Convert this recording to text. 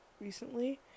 recently